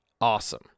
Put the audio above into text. awesome